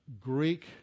greek